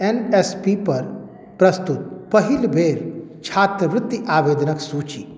N S P पर प्रस्तुत पहिल बेर छात्रवृति आवेदनके सूची